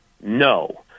No